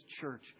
church